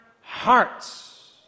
hearts